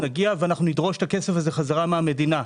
נגיע ונדרוש את הכסף הזה בחזרה המדינה.